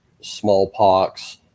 smallpox